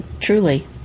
Truly